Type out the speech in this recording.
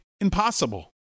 impossible